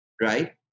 Right